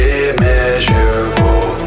immeasurable